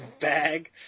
bag